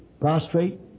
prostrate